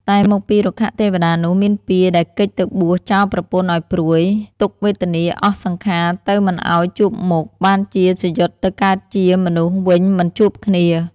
តែមកពីរុក្ខទេវតានោះមានពៀរដែលគេចទៅបួសចោលប្រពន្ធឱ្យព្រួយ ទុក្ខវេទនាអស់សង្ខារទៅមិនឱ្យជួបមុខ បានជាច្យុតទៅកើតជាមនុស្សវិញមិនជួបគ្នា ។